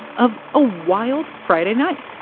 of a wild friday night